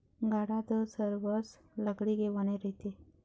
गाड़ा तो सरबस लकड़ी के बने रहिथे